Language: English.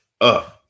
up